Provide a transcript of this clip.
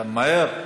אתה ממהר?